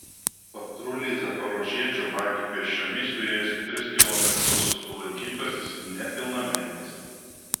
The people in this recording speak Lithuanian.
patruliai zaporožiečio vagį pėsčiomis vijosi tris kilometrus sulaikytasis nepilnametis